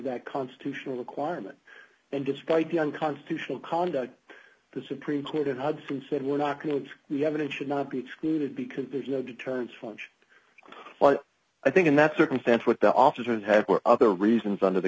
that constitutional requirement and despite the unconstitutional conduct the supreme court of hudson said we're not going with the evidence should not be excluded because there's no deterrence function i think in that circumstance what the officers have for other reasons under the